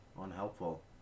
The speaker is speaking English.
unhelpful